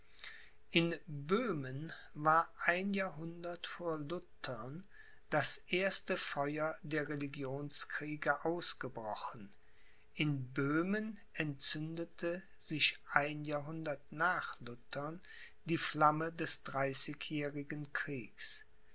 in böhmen war ein jahrhundert vor luthern das erste feuer der religionskriege ausgebrochen in böhmen entzündete sich ein jahrhundert nach luthern die flamme des dreißigjährigen kriegs